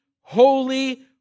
holy